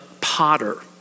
potter